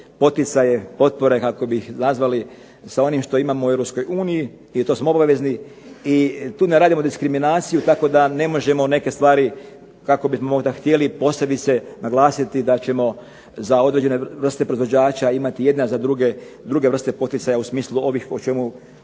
poticaje, potpore, kako bi ih nazvali, s onim što imamo u Europskoj uniji i to smo obavezni i tu ne radimo diskriminaciju tako da ne možemo neke stvari kako bismo možda htjeli posebice naglasiti da ćemo za određene vrste proizvođača imati jedne, a za druge druge vrste poticaja u smislu ovih o čemu